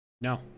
No